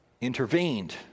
intervened